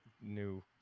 new